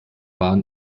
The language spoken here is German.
bahn